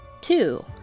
Two